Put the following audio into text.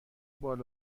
بال